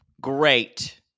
great